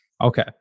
Okay